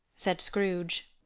said scrooge.